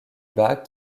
bas